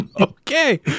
Okay